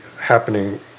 happening